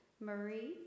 Marie